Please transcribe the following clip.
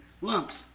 lumps